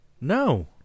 No